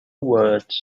words